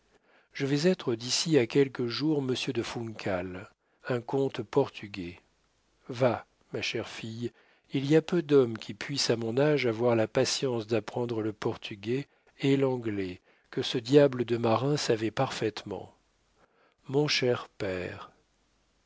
je vais être d'ici à quelques jours monsieur de funcal un comte portugais va ma chère fille il y a peu d'hommes qui puissent à mon âge avoir la patience d'apprendre le portugais et l'anglais que ce diable de marin savait parfaitement mon cher père